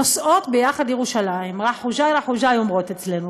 נוסעות יחד לירושלים (אומרת בערבית: הלוך ושוב,) אומרות אצלנו,